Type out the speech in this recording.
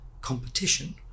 competition